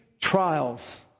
trials